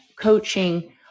coaching